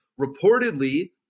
reportedly